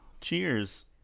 Cheers